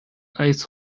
its